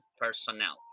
personnel